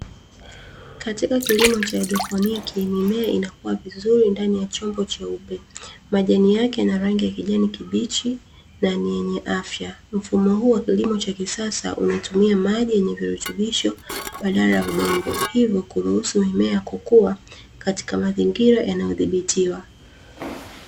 Katika kilimo cha Hebotiniki mimea inakuwa vizuri ndani ya chombo cheupe, majani yake yana rangi kijani kibichi na yenye afya mfumo huo wa kilimo cha kisasa hutumia maji yenye virutubisho badala ya udongo hivyo kuruhusu mimea kukua katika mazingira yanayothibitiwa.